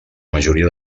majoria